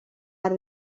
har